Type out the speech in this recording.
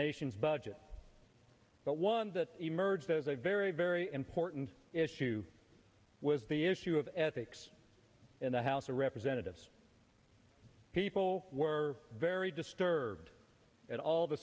nation's budget but one that emerged as a very very important issue was the issue of ethics in the house of representatives people were very disturbed at all the